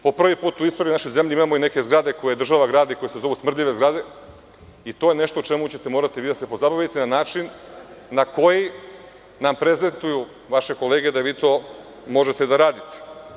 Po prvi put u istoriji naše zemlje imamo i neke zgrade koje država gradi, koje se zovu smrdljive zgrade i to je nešto o čemu ćete morati da se pozabavite na način na koji nam prezentuju vaše kolege da vi to možete da radite.